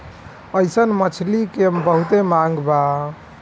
अइसन मछली के बहुते मांग बा